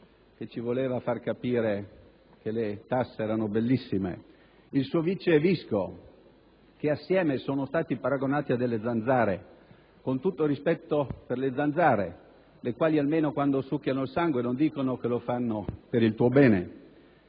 che ci voleva far capire che le tasse erano bellissime, ed il suo vice Visco, che assieme sono stati paragonati a delle zanzare (con tutto il rispetto per le zanzara, le quali almeno quando succhiano il sangue non dicono che lo fanno per il tuo bene);